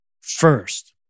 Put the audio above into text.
first